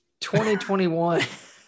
2021